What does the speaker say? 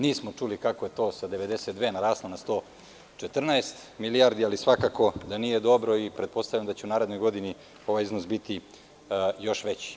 Nismo čuli kako je to sa 92 naraslo na 114 milijardi ali svakako da nije dobro i pretpostavljam da će u narednoj godini ovaj iznos biti još veći.